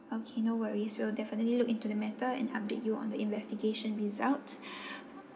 okay no worries we'll definitely look into the matter and update you on the investigation results